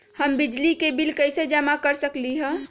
हम बिजली के बिल कईसे जमा कर सकली ह?